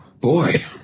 Boy